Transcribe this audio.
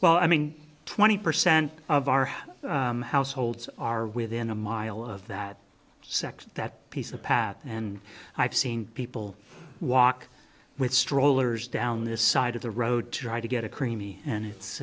well i mean twenty percent of our households are within a mile of that section that piece a path and i've seen people walk with strollers down this side of the road to try to get a creamy and it's